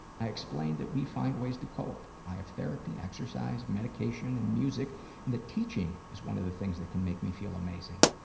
i explained that we find ways to cope. i have therapy, exercise, medication and music and that teaching is one of the things that can make me feel amazing.